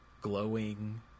glowing